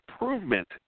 improvement